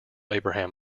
abraham